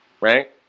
right